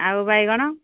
ଆଉ ବାଇଗଣ